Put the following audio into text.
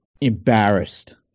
embarrassed